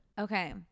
Okay